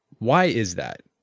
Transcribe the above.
why is that?